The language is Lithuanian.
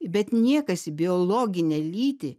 bet niekas į biologinę lytį